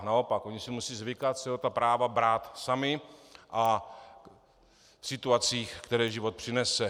Naopak, oni si musí zvykat se o ta práva brát sami v situacích, které život přinese.